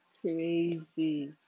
crazy